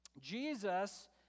Jesus